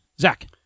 Zach